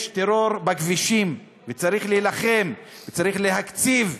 יש טרור בכבישים, וצריך להילחם, וצריך להקציב,